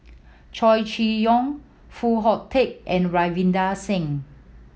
Chow Chee Yong Foo Hong Tatt and Ravinder Singh